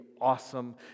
awesome